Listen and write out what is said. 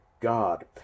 God